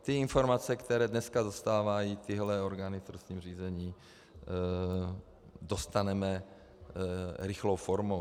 Ty informace, které dneska dostávají orgány v trestním řízení, dostaneme rychlou formou.